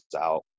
out